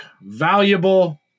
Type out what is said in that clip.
valuable